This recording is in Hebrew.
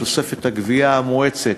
בתוספת הגבייה המואצת